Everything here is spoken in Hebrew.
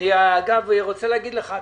אני רוצה להגיד לך,